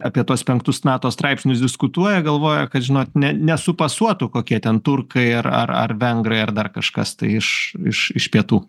apie tuos penktus nato straipsnius diskutuoja galvoja kad žinot ne nesupasuotų kokie ten turkai ar ar ar vengrai ar dar kažkas tai iš iš iš pietų